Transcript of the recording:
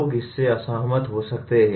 लोग इससे असहमत हो सकते हैं